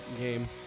game